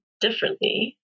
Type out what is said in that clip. differently